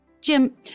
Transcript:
Jim